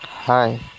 Hi